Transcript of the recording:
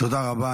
תודה רבה,